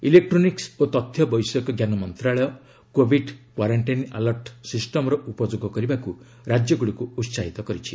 electronics ଓ ତଥ୍ୟ ବୈଷୟିକଜ୍ଞାନ ମନ୍ତ୍ରଣାଳୟ କୋଭିଡ୍ କ୍ୱାରାନଣ୍ଟାଇନ୍ ଆଲର୍ଟ୍ ସିଷ୍ଟମ୍ର ଉପଯୋଗ କରିବାକୁ ରାଜ୍ୟଗୁଡ଼ିକୁ ଉସାହିତ କରିଛି